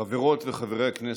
חברות וחברי הכנסת,